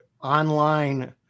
online